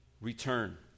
return